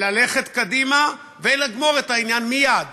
אין לו את, ללכת קדימה ולגמור את העניין מייד.